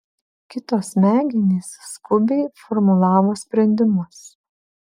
kito smegenys skubiai formulavo sprendimus